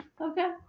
Okay